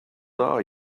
are